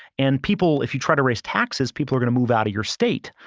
and people, if you try to raise taxes, people are going move out of your state.